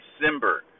December